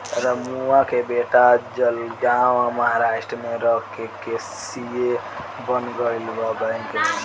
रमुआ के बेटा जलगांव महाराष्ट्र में रह के सी.ए बन गईल बा बैंक में